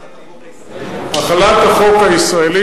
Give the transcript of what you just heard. החלת החוק הישראלי.